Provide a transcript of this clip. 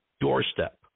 doorstep